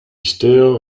still